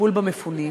בטיפול במפונים,